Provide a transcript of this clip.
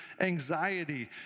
anxiety